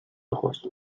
ojos